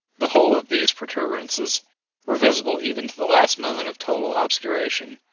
the whole of these protuberances were visible even to the last moment of total obscuration,